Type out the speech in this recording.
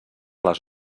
les